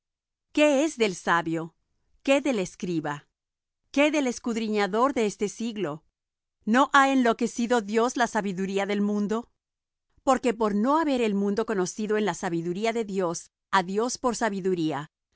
qué es del sabio qué del escriba qué del escudriñador de este siglo no ha enloquecido dios la sabiduría del mundo porque por no haber el mundo conocido en la sabiduría de dios á dios por sabiduría